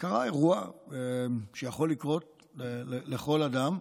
קרה אירוע שיכול לקרות לכל אדם: